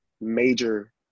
major